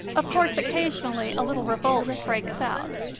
of course occasionally a little revolt breaks out,